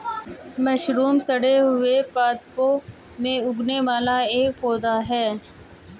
mushroom सड़े हुए पादपों में उगने वाला एक पौधा है